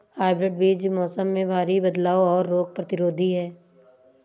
hybrid बीज मौसम में भारी बदलाव और रोग प्रतिरोधी हैं